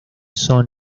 son